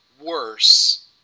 worse